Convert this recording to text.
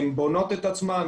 הן בונות את עצמן,